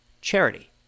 charity